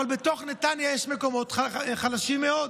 בתוך נתניה יש מקומות חלשים מאוד.